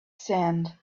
sand